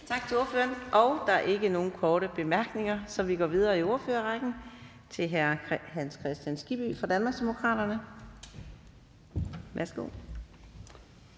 Tak til ordføreren. Der er ikke nogen korte bemærkninger, så vi går videre i ordførerrækken til hr. Mohammad Rona fra Moderaterne. Værsgo.